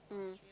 mm